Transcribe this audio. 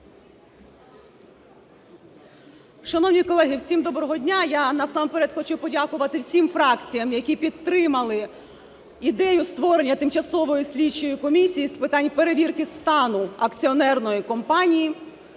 Шановні колеги, всім доброго дня! Я насамперед хочу подякувати всім фракціям, які підтримали ідею створення Тимчасової слідчої комісії з питань перевірки стану акціонерної компанії